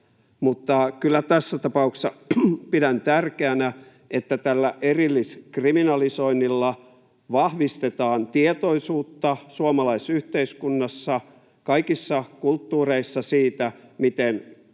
tässä tapauksessa pidän tärkeänä, että tällä erilliskriminalisoinnilla vahvistetaan tietoisuutta suomalaisessa yhteiskunnassa kaikissa kulttuureissa siitä, miten